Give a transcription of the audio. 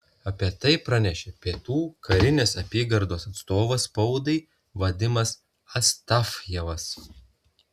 apie tai pranešė pietų karinės apygardos atstovas spaudai vadimas astafjevas